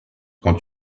quand